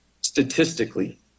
statistically